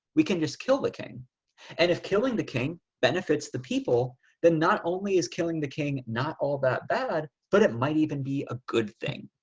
we can just kill the cane and if killing the king benefits the people that not only is killing the king, not all that bad, but it might even be a good thing.